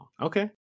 Okay